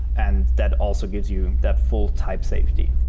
and that also gives you that full type safety.